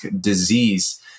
disease